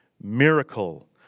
miracle